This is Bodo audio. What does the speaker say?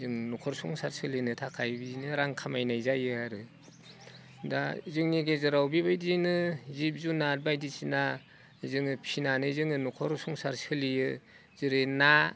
जों न'खर संसार सोलिनो थाखाय बिदिनो खामायनाय जायो आरो दा जोंनि गेजेराव बिबायदिनो जिब जुनार बायदिसिना जोङो फिनानै जोङो न'खर संसार सोलियो जेरै ना